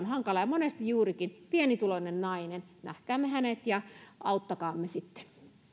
hankalaa ja monesti hän on juurikin pienituloinen nainen nähkäämme hänet ja auttakaamme sitten